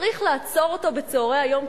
צריך לעצור אותו בצהרי היום,